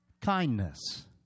kindness